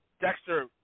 Dexter